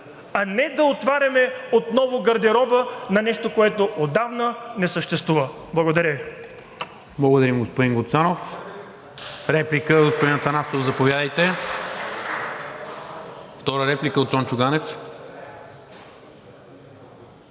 а не да отваряме отново гардероба за нещо, което отдавна не съществува. Благодаря Ви.